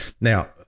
now